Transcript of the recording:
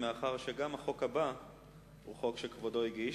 מאחר שגם החוק הבא הוא חוק שכבודו הגיש,